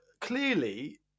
clearly